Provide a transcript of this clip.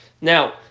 Now